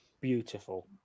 beautiful